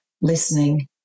listening